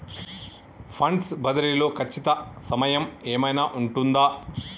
Funds బదిలీ లో ఖచ్చిత సమయం ఏమైనా ఉంటుందా?